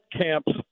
camps